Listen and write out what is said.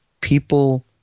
people